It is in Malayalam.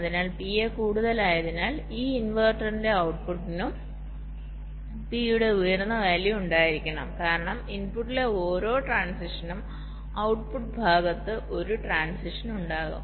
അതിനാൽ PA കൂടുതലായതിനാൽ ഈ ഇൻവെർട്ടറിന്റെ ഔട്ട്പുട്ടിനും P യുടെ ഉയർന്ന വാല്യൂ ഉണ്ടായിരിക്കും കാരണം ഇൻപുട്ടിലെ ഓരോ ട്രാന്സിഷനും ഔട്ട്പുട്ട് ഭാഗത്ത് ഒരു ട്രാന്സിഷൻ ഉണ്ടാകും